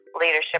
leadership